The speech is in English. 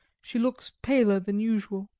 she looks paler than usual.